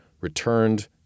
returned